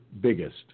biggest